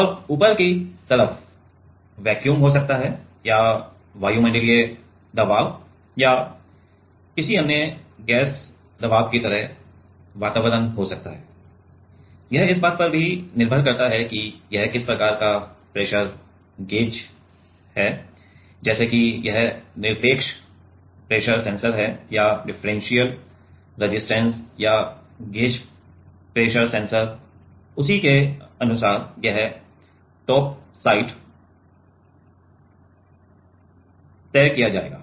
और ऊपर की तरफ वैक्यूम हो सकता है या वायुमंडलीय दबाव या किसी अन्य गैस दबाव की तरह वातावरण हो सकता है यह इस बात पर भी निर्भर करता है कि यह किस प्रकार का प्रेशर गेज है जैसे कि यह निरपेक्ष प्रेशर सेंसर है या डिफरेंशियल रेजिस्टेंस या गेज प्रेशर सेंसर उसी के अनुसार यह टॉप साइड तय किया जाएगा